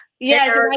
Yes